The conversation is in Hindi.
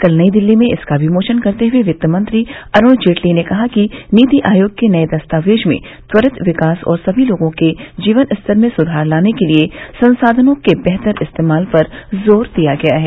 कल नई दिल्ली में इसका विमोचन करते हुए वित्त मंत्री अरुण जेटली ने कहा कि नीति आयोग के नए दस्तावेज में त्वरित विकास और सभी लोगों के जीवन स्तर में सुधार लाने के लिए संसाधनों के बेहतर इस्तेमाल पर जोर दिया गया है